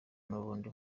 nubundi